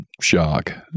shock